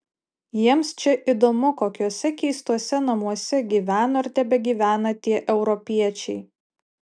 jiems čia įdomu kokiuose keistuose namuose gyveno ir tebegyvena tie europiečiai